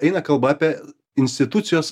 eina kalba apie institucijos